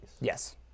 Yes